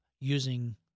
using